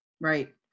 Right